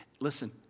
listen